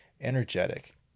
Energetic